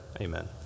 amen